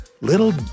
little